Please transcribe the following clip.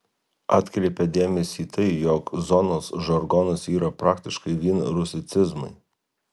atkreipia dėmesį tai jog zonos žargonas yra praktiškai vien rusicizmai